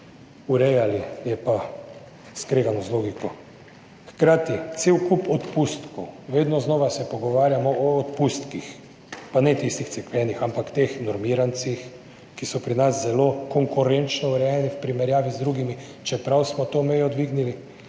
urejali, je pa skregano z logiko. Hkrati cel kup odpustkov, vedno znova se pogovarjamo o odpustkih, pa ne tistih cerkvenih, ampak o teh normirancih, ki so pri nas zelo konkurenčno urejeni v primerjavi z drugimi, čeprav smo to mejo dvignili.